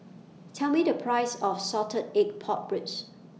Tell Me The Price of Salted Egg Pork Ribs